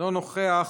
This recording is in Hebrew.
אינו נוכח,